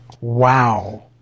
wow